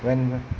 when